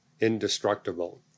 indestructible